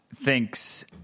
thinks